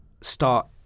start